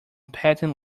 patent